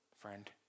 friend